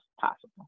possible